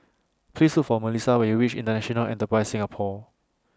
Please Look For Melisa when YOU REACH International Enterprise Singapore